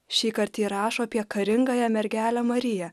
šįkart ji rašo apie karingąją mergelę mariją